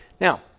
Now